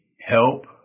help